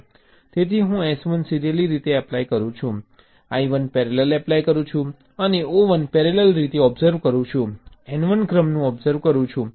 તેથી હું S1 serially રીતે એપ્લાય કરું છું I1 પેરેલલ એપ્લાય કરું છું અને O1 પેરેલલ રીતે ઓબ્સર્વ કરું છું N1 ક્રમનું ઓબ્સર્વ કરું છું